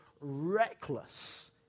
reckless